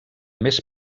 més